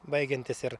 baigiantis ir